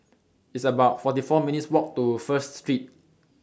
It's about forty four minutes' Walk to First Street